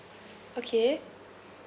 okay